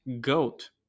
Goat